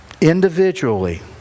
Individually